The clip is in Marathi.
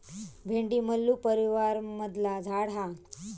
भेंडी मल्लू परीवारमधला झाड हा